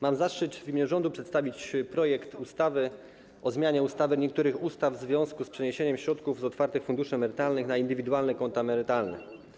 Mam zaszczyt w imieniu rządu przedstawić projekt ustawy o zmianie niektórych ustaw w związku z przeniesieniem środków z otwartych funduszy emerytalnych na indywidualne konta emerytalne.